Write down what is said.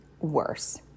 worse